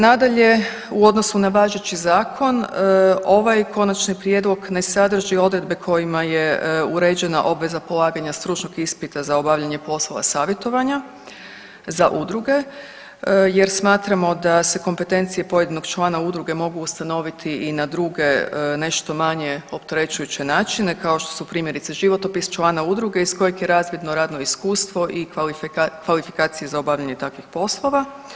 Nadalje, u odnosu na važeći Zakon, ovaj Konačni prijedlog ne sadrži odredbe kojima je uređena obveza polaganja stručnog ispita za obavljanje poslova savjetovanja za udruge jer smatramo da se kompetencije pojedinog člana udruge mogu ustanoviti i na druge nešto manje opterećujuće načina, kao što su primjerice, životopis člana udruge iz kojeg je razvidno radno iskustvo i kvalifikacije za obavljanje takvih poslova.